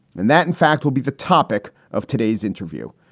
and that, in fact, would be the topic of today's interview.